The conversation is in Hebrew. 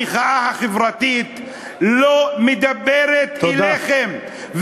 המחאה החברתית לא מדברת אליכם,